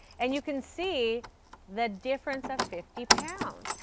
and you can see the difference of fifty pounds.